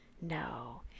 No